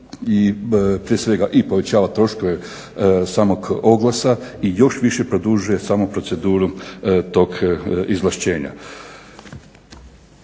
i povećava troškove samog oglasa i još više produžuje samu proceduru tog izvlaštenja.